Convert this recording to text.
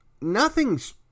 nothing's